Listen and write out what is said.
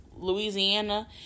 Louisiana